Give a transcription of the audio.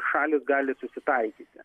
šalys gali susitaikyti